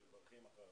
כן.